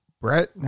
Brett